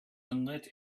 unlit